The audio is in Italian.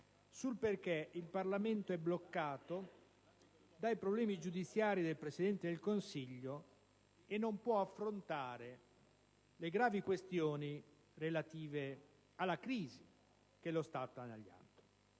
sul perché il Parlamento è bloccato dai problemi giudiziari del Presidente del Consiglio che non può affrontare le gravi questioni relative alla crisi che sta investendo